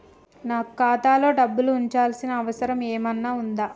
నాకు ఖాతాలో డబ్బులు ఉంచాల్సిన అవసరం ఏమన్నా ఉందా?